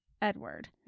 Edward